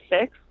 Six